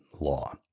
law